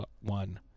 one